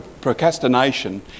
procrastination